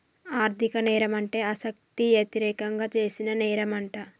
ఆర్ధిక నేరం అంటే ఆస్తికి యతిరేకంగా చేసిన నేరంమంట